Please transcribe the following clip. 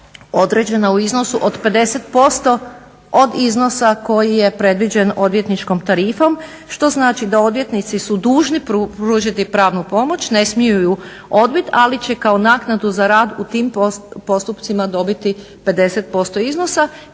određena u iznosu od 50% od iznosa koji je predviđen odvjetničkom tarifom. Što znači da odvjetnici su dužni pružiti pravnu pomoć, ne smiju ju odbiti ali će kao naknadu za rad u tim postupcima dobiti 50% iznosa.